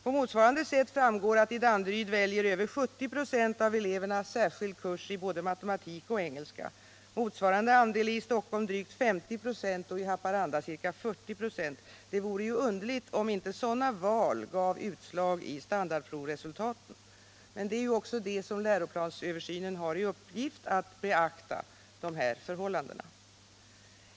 På motsvarande sätt framgår att i Danderyd över 70 96 av eleverna väljer särskild kurs i matematik och i engelska. Motsvarande andel i Stockholm är drygt 50 26 och i Haparanda ca 40 96. Det vore ju underligt om inte sådana val gav utslag i standardprovresultaten. Men läroplansöversynen har också i uppgift att beakta dessa förhållanden.